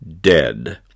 dead